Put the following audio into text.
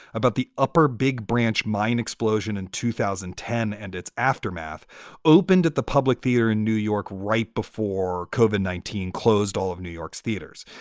about the upper big branch mine explosion in two thousand ten and its aftermath opened at the public theater in new york right before cauvin, nineteen, closed all of new york's theaters.